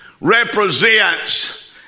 represents